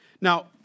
Now